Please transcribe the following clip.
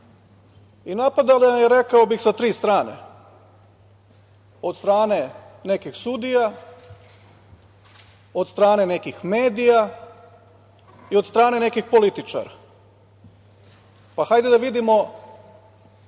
Napadana je, rekao bih, sa tri strane - od strane nekih sudija, od strane nekih medija i od strane nekih političara. Pa, hajde da vidimo